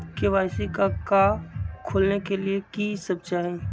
KYC का का खोलने के लिए कि सब चाहिए?